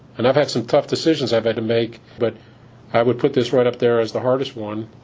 and i've had some tough decisions i've had to make. but i would put this right up there as the hardest one